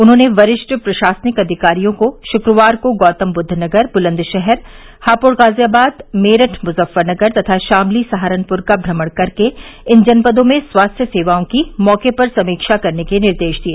उन्होंने वरिष्ठ प्रशासनिक अधिकारियों को शुक्रवार को गौतमबुद्धनगर बुलन्दशहर हापुड़ गाजियाबाद मेरठ मुजफ़फरनगर तथा शामली सहारनपुर का भ्रमण करके इन जनपदों में स्वास्थ्य सेवाओं की मौके पर समीक्षा करने के निर्देश दिए